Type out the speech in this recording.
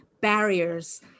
barriers